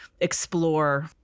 explore